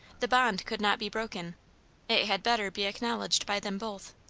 the bond could not be broken it had better be acknowledged by them both.